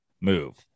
move